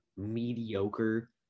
mediocre